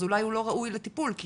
אז אולי הוא לא ראוי לטיפול כי